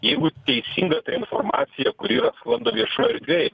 jeigu teisinga ta informacija kuri yra sklando viešoj erdvėj